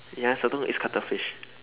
ya sotong is cuttlefish